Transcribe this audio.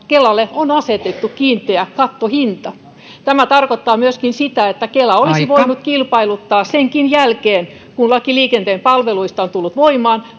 kelalle on asetettu kiinteä kattohinta tämä tarkoittaa myöskin sitä että kela olisi voinut kilpailuttaa senkin jälkeen kun laki liikenteen palveluista on tullut voimaan